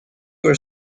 were